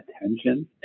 attention